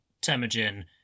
Temujin